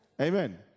amen